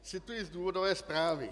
Cituji z důvodové zprávy.